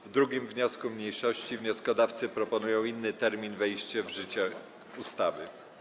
W 2. wniosku mniejszości wnioskodawcy proponują inny termin wejścia w życie ustawy.